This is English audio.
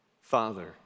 Father